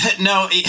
No